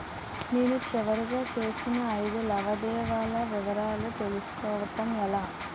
నేను చివరిగా చేసిన ఐదు లావాదేవీల వివరాలు తెలుసుకోవటం ఎలా?